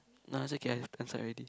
nah it's okay I answered already